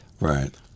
Right